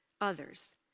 others